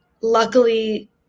Luckily